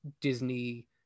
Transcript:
Disney